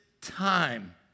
time